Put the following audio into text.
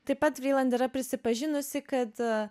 taip pat vriland yra prisipažinusi kad